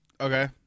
Okay